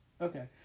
Okay